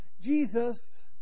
Jesus